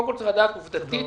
יש לדעת עובדתית